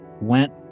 went